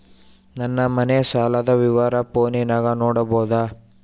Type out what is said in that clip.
ನನ್ನ ಮನೆ ಸಾಲದ ವಿವರ ಫೋನಿನಾಗ ನೋಡಬೊದ?